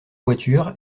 voiture